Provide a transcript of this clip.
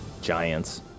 Giants